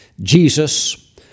Jesus